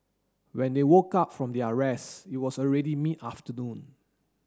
when they woke up from their rest it was already mid afternoon